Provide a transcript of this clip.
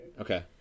Okay